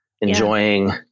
enjoying